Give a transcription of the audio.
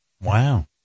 Wow